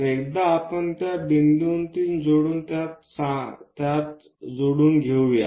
तर एकदा आपण त्या बिंदूतून जोडून त्यात सामील करू